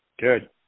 Good